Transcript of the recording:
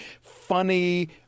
funny